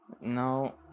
Now